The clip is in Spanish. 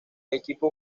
equipo